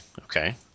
Okay